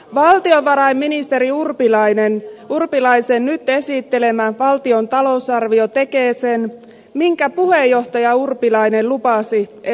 valtiovarainministeri urpilaisen nyt esittelemä valtion talousarvio tekee sen minkä puheenjohtaja urpilainen lupasi ennen vaaleja